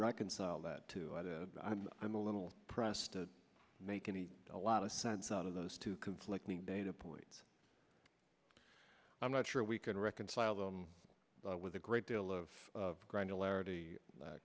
reconcile that to i'm i'm a little pressed to make any a lot of sense out of those two conflicting data points i'm not sure we can reconcile them with a great deal of